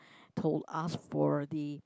told ask for the